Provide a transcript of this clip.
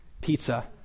pizza